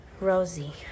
Rosie